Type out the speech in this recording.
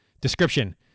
Description